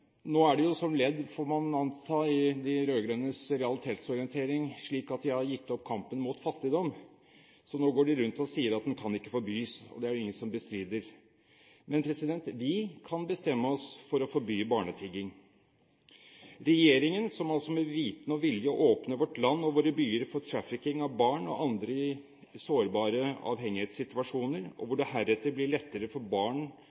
Nå er det jo et ledd i de rød-grønnes realitetsorientering, får man anta, at de har gitt opp kampen mot fattigdom, så nå går de rundt og sier at den ikke kan forbys – og det er det jo ingen som bestrider. Men vi kan bestemme oss for å forby barnetigging. Regjeringen, som altså med viten og vilje åpner vårt land og våre byer for trafficking av barn og andre i sårbare avhengighetssituasjoner, slik at det heretter blir lettere for barn